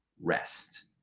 rest